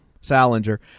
salinger